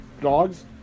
Dogs